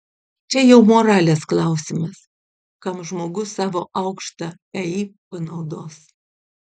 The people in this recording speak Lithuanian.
čia jau moralės klausimas kam žmogus savo aukštą ei panaudos